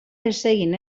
desegin